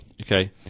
Okay